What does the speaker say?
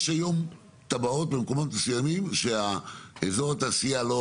יש היום תב"עות במקומות מסוימים שאזור התעשייה לא